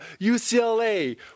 UCLA